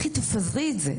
לכי תפזרי את זה.